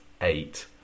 eight